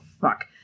fuck